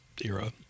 era